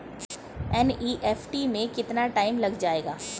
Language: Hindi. एन.ई.एफ.टी में कितना टाइम लग जाएगा?